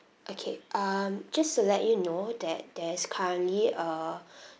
okay um just to let you know that there's currently a